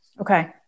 Okay